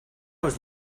was